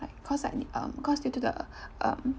like cause like um cause due to the um